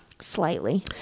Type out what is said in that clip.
Slightly